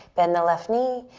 bend the left knee.